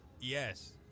Yes